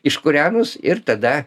iškūrenus ir tada